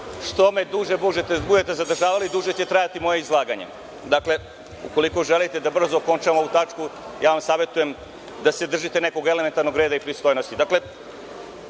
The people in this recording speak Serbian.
Što me duže budete zadržavali, duže će trajati moje izlaganje. Dakle, ukoliko želite da brzo okončamo ovu tačku, ja vam savetujem da se držite nekog elementarnog reda i pristojnosti. Gospodin